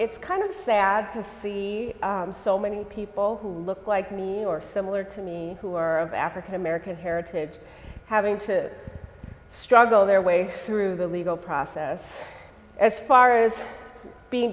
it's kind of sad to see so many people who look like me or similar to me who are of african american heritage having to struggle their way through the legal process as far as being